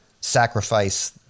sacrifice